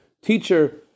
teacher